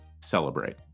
celebrate